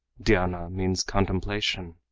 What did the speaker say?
dhyana means contemplation.